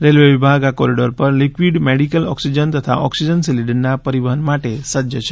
railway વિભાગ આ corridor પર લીકવીડ મેડીકલ ઓક્સિજન તથા ઓક્સિજન સીલીન્ડરના પરીવહન માટે સજ્જ છે